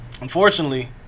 Unfortunately